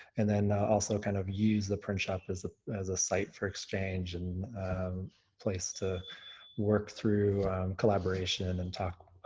and then also kind of use the print shop as as a site for exchange and a place to work through collaboration and talk. i